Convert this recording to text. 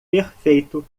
perfeito